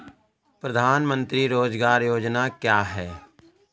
प्रधानमंत्री रोज़गार योजना क्या है?